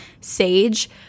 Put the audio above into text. sage